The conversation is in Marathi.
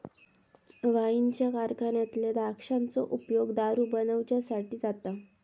वाईनच्या कारखान्यातल्या द्राक्षांचो उपयोग दारू बनवच्यासाठी जाता